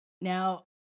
Now